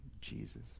Jesus